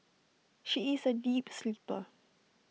she is A deep sleeper